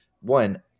one